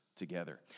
together